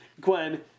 Gwen